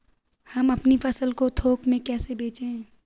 हम अपनी फसल को थोक में कैसे बेचें?